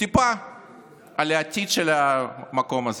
טיפה על העתיד של המקום הזה,